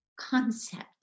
concept